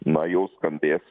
na jau skambės